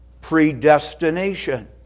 predestination